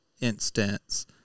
instance